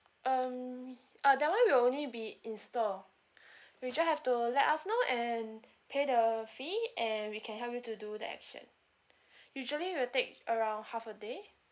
um uh that [one] will only be in store you ju~ have to let us know and pay the fee and we can help you to do that action usually will take around half a day